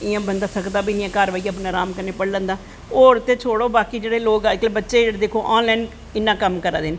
इयां बंदा थकदा बी नी ऐ घर बेहियै राम कन्नै पड़ी लैंदा होरते शोड़ो बच्चे अज्ज कल दिक्खो बच्चे आन लाईन किन्ना कम्म करा दे न हून सीाढ़े